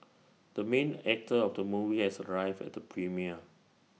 the main actor of the movie has arrived at the premiere